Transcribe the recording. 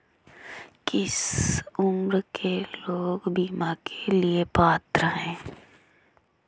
किस उम्र के लोग बीमा के लिए पात्र हैं?